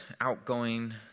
outgoing